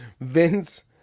Vince